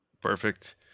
perfect